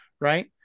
right